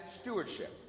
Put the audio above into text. stewardship